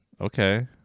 okay